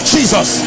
Jesus